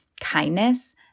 kindness